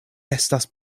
estas